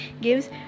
Gives